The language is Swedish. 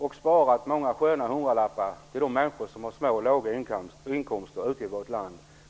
Vi hade sparat många sköna hundralappar åt de människor som har låga inkomster ute i vårt land.